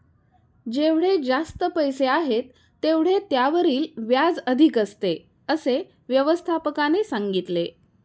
जेवढे जास्त पैसे आहेत, तेवढे त्यावरील व्याज अधिक असते, असे व्यवस्थापकाने सांगितले